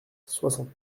soixante